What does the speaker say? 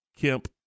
Kemp